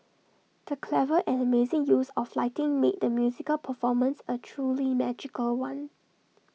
the clever and amazing use of lighting made the musical performance A truly magical one